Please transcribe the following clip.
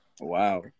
Wow